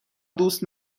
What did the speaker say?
دوست